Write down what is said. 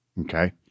Okay